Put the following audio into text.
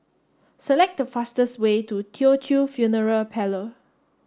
select the fastest way to Teochew Funeral Parlor